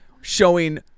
showing